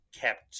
kept